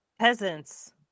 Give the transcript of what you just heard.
peasants